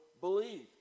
believe